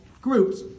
groups